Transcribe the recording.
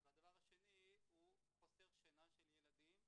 והדבר השני הוא חוסר שינה של ילדים.